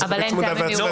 זאת ריבית צמודה והצמדה.